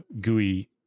GUI